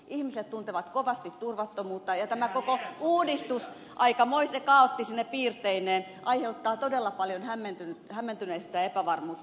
ihmiset tuntevat kovasti turvattomuutta ja tämä koko uudistus aikamoisine kaoottisine piirteineen aiheuttaa todella paljon hämmentyneisyyttä ja epävarmuutta